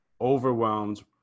overwhelmed